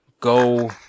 go